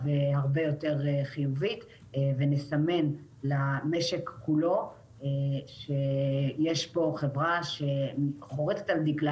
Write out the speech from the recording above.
הרבה יותר חיובית ונסמן למשק כולו שיש פה חברה שחורטת על דגלה